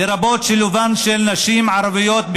לרבות שילובן של נשים ערביות.